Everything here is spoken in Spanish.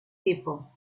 tipo